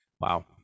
Wow